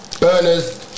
burners